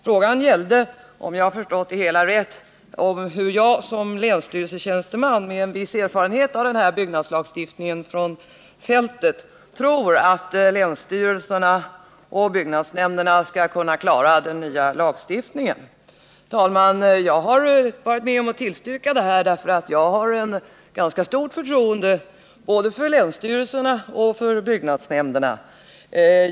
Frågan gällde, om jag förstått det hela rätt, hur jag som länsstyrelsetjänsteman med en viss erfarenhet från fältet av byggnadslagstiftningen tror att länsstyrelserna och byggnadsnämnderna skall kunna klara den nya lagstiftningen. Herr talman! Jag har varit med om att tillstyrka detta förslag, eftersom jag har ett ganska stort förtroende både för länsstyrelserna och för byggnadsnämnderna.